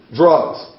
drugs